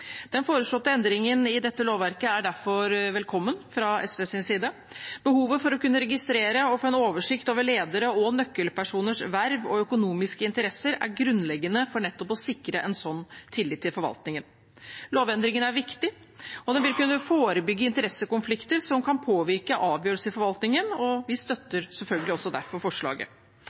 Den foreslåtte endringen i dette lovverket er derfor velkommen fra SVs side. Behovet for å kunne registrere og få en oversikt over lederes og nøkkelpersoners verv og økonomiske interesser er grunnleggende for nettopp å sikre en sånn tillit til forvaltningen. Lovendringen er viktig. Den vil kunne forebygge interessekonflikter som kan påvirke avgjørelser i forvaltningen, og vi støtter selvfølgelig derfor